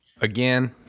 again